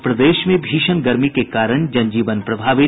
और प्रदेश में भीषण गर्मी के कारण जनजीवन प्रभावित